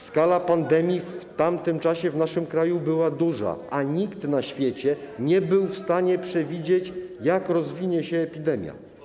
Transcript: Skala pandemii w tamtym czasie w naszym kraju była duża, a nikt na świecie nie był w stanie przewidzieć, jak rozwinie się epidemia.